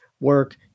work